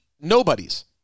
nobodies